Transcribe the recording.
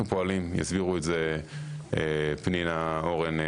פנינה אורן,